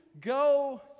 go